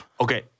Okay